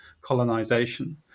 colonization